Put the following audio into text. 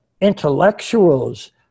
intellectuals